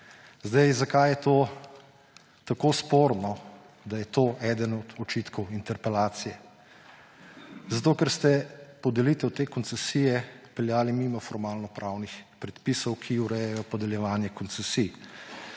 Zakaj je to tako sporno, da je to eden od očitkov interpelacije? Zato, ker ste podelitev te koncesije peljali mimo formalnopravnih predpisov, ki urejajo podeljevanje koncesij.